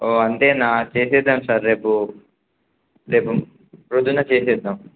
ఓ అంతేనా చేసేద్దాం సార్ రేపు రేపు ప్రొద్దున్న చేసేద్దాం